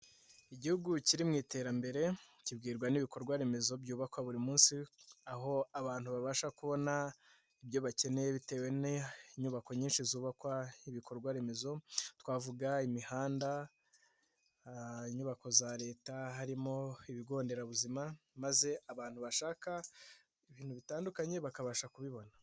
Igihugu kiri mu iterambere ukibwirwa n'ibikorwaremezo byubakwa buri munsi, aho abantu babasha kubona ibyo bakeneye bitewe n'inyubako nyinshi zubakwa, ibikorwaremezo, twavuga imihanda, inyubako za leta harimo ibigo nderabuzima maze abantu bashaka ibintu bitandukanye bakabasha kubibona.